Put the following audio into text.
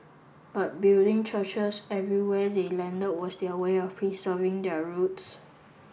but building churches everywhere they landed was their way of preserving their roots